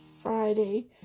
Friday